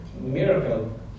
miracle